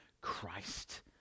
Christ